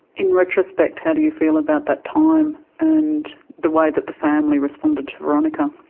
in retrospect how do you feel about that time, and the way that the family responded to veronica?